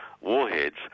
warheads